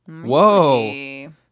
Whoa